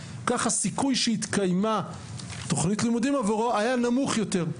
כך הסיכוי שהתקיימה תוכנית לימודים עבורו היה נמוך יותר.